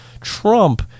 Trump